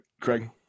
craig